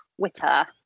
Twitter